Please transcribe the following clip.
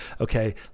Okay